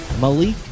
Malik